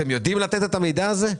אתם יודעים לתת את המידע הזה?